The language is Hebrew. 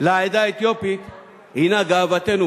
לעדה האתיופית הוא גאוותנו.